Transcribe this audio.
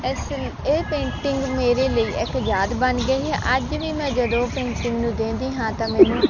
ਇਸ ਇਹ ਪੇਂਟਿੰਗ ਮੇਰੇ ਲਈ ਇੱਕ ਯਾਦ ਬਣ ਗਈ ਹੈ ਅੱਜ ਵੀ ਮੈਂ ਜਦੋਂ ਪੇਂਟਿੰਗ ਨੂੰ ਦੇਖਦੀ ਹਾਂ ਤਾਂ ਮੈਨੂੰ